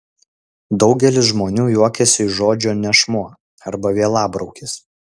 daugelis žmonių juokiasi iš žodžio nešmuo arba vielabraukis